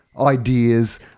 ideas